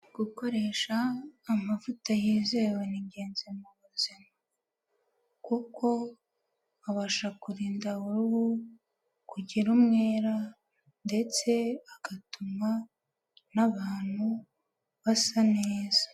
Gukoresha amavuta yizewe ni ingenzi mu buzima, kuko abasha kurinda uruhu kugira umwere ndetse agatuma n'abantu basa neza.